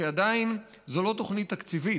כי עדיין זו לא תוכנית תקציבית.